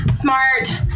smart